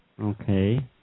Okay